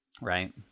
right